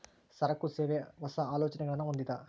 ಸರಕು, ಸೇವೆ, ಹೊಸ, ಆಲೋಚನೆಗುಳ್ನ ಹೊಂದಿದ